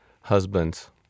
husbands